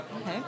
Okay